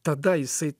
tada jisai